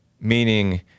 Meaning